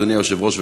אדוני היושב-ראש,